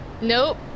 nope